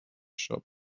shop